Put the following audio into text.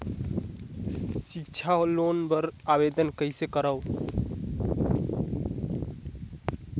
सिक्छा लोन बर आवेदन कइसे करव?